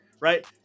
right